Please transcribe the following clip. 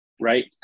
Right